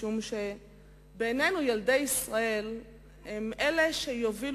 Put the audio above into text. משום שבעינינו ילדי ישראל הם שיובילו